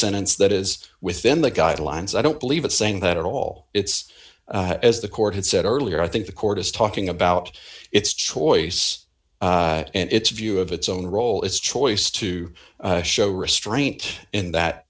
sentence that is within the guidelines i don't believe it's saying that at all it's as the court had said earlier i think the court is talking about its choice and its view of its own role its choice to show restraint in that